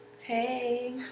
Hey